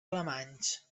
alemanys